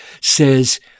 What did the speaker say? says